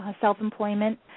self-employment